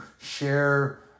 share